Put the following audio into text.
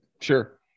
Sure